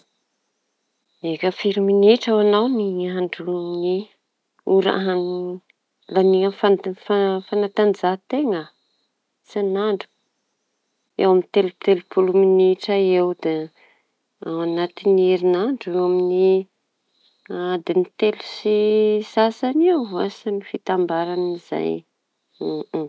Eka, firy minitry ho añao ny ora lania amin'ny fanatanjahan-teña? Isan'andro eo amin'ny telo telo polo minitra eo, de ao natiñy herinandro eo amin'ny adin'ny telo sy sasany eo vasa ny fitambaran'izay.